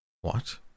What